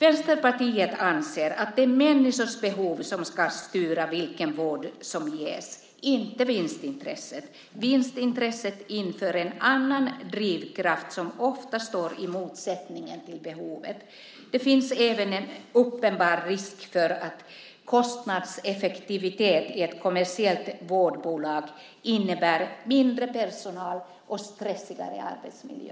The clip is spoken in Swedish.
Vänsterpartiet anser att det är människors behov som ska styra vilken vård som ges, inte vinstintresset. Vinstintresset inför en annan drivkraft som ofta står i motsättning till behovet. Det finns även en uppenbar risk för att kostnadseffektivitet i ett kommersiellt vårdbolag innebär mindre personal och stressigare arbetsmiljö.